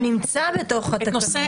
שנמצא בתוך התקנות.